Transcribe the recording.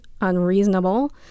unreasonable